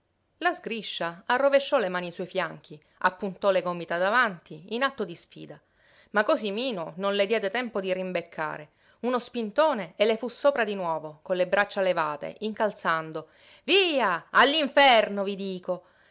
la sgriscia arrovesciò le mani sui fianchi appuntò le gomita davanti in atto di sfida ma cosimino non le diede tempo di rimbeccare uno spintone e le fu sopra di nuovo con le braccia levate incalzando via all'inferno vi dico